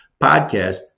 podcast